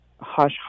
hush